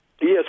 Yes